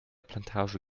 plantage